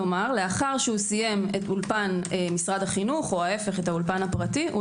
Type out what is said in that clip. כלומר לאחר שסיים את אולפן משרד החינוך או את האולפן הפרטי הוא